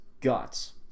guts